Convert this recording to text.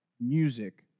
music